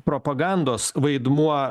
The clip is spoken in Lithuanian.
propagandos vaidmuo